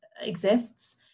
exists